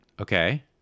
okay